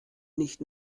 nicht